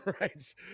right